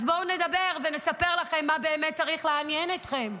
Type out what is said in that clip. אז בואו נדבר ונספר לכם מה באמת צריך לעניין אתכם.